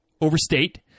overstate